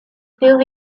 few